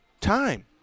time